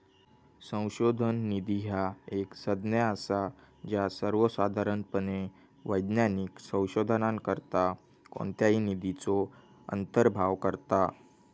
संशोधन निधी ह्या एक संज्ञा असा ज्या सर्वोसाधारणपणे वैज्ञानिक संशोधनाकरता कोणत्याही निधीचो अंतर्भाव करता